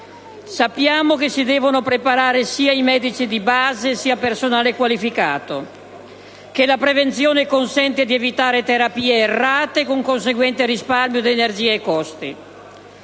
Sappiamo che si devono preparare sia medici di base che personale qualificato, che la prevenzione consente di evitare terapie errate, con conseguente risparmio di energie e costi.